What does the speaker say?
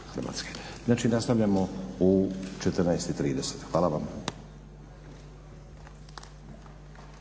Znači nastavljamo u 14,30. Hvala vam.